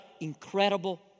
incredible